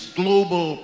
global